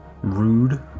Rude